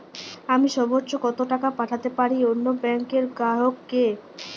আমি সর্বোচ্চ কতো টাকা পাঠাতে পারি অন্য ব্যাংক র গ্রাহক কে?